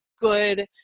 good